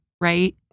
Right